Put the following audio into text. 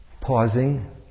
pausing